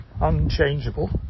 unchangeable